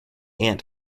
ant